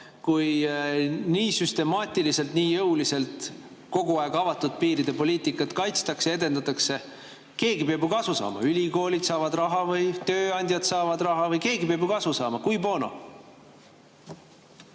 kui nii süstemaatiliselt, nii jõuliselt kogu aeg avatud piiride poliitikat kaitstakse, edendatakse. Keegi peab ju kasu saama. Kas ülikoolid saavad raha või tööandjad saavad raha? Keegi peab ju kasu saama. Cui bono?